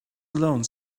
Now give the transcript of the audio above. alone